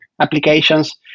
applications